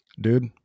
dude